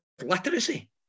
literacy